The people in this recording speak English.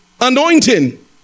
anointing